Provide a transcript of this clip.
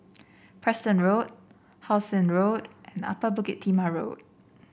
Preston Road How Sun Road and Upper Bukit Timah Road